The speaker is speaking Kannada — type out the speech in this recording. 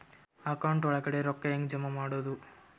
ಅಕೌಂಟ್ ಒಳಗಡೆ ರೊಕ್ಕ ಹೆಂಗ್ ಜಮಾ ಮಾಡುದು?